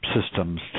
systems